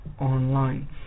online